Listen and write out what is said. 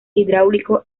hidráulico